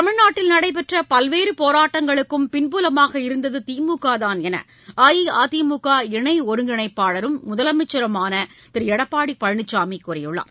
தமிழ்நாட்டில் நடைபெற்ற பல்வேறு போராட்டங்களுக்கும் பின்புலமாக இருந்தது திமுகதான் என அஇஅதிமுக இணை ஒருங்கிணைப்பாளரும் முதலமைச்சருமான திரு எடப்பாடி பழனிசாமி கூறியுள்ளார்